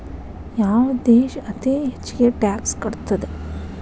ಯಾವ್ ದೇಶ್ ಅತೇ ಹೆಚ್ಗೇ ಟ್ಯಾಕ್ಸ್ ಕಟ್ತದ?